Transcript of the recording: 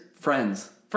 Friends